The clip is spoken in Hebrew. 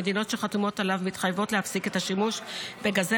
המדינות שחתומות עליו מתחייבות להפסיק את השימוש בגזי